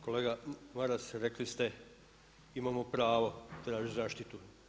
Kolega Maras rekli ste imamo pravo tražit zaštitu.